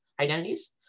identities